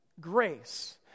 grace